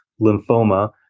lymphoma